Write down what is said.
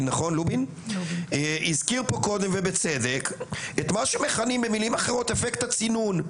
לובין ובצדק את מה שמכנים במילים אחרות "אפקט הצינון",